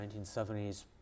1970s